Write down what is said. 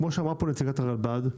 כמו שאמרה נציגת הרלב"ד,